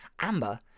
Amber